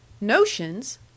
Notions